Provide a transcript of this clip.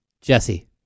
Jesse